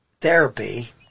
therapy